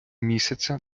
місяця